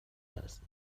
است